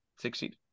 succeed